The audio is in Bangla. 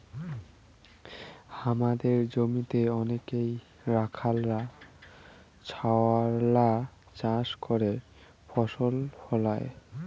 হামাদের জমিতে অনেইক রাখাল ছাওয়ালরা চাষ করে ফসল ফলাং